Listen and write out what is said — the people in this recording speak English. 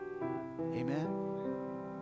Amen